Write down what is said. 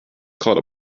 called